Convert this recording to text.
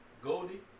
Goldie